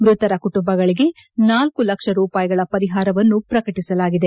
ಮೃತರ ಕುಟುಂಬಗಳಿಗೆ ನಾಲ್ಕು ಲಕ್ಷ ರೂಪಾಯಿಗಳ ಪರಿಪಾರವನ್ನು ಪ್ರಕಟಿಸಲಾಗಿದೆ